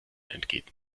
entgeht